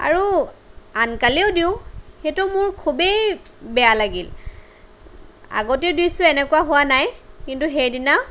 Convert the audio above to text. আৰু আনকালেও দিওঁ সেইটো মোৰ খুবেই বেয়া লাগিল আগতেও দিছোঁ এনেকুৱা হোৱা নাই কিন্তু সেইদিনা